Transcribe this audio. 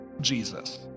Jesus